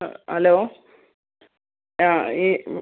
അ hello ആ ഈ